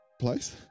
place